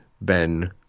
Ben